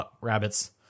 rabbits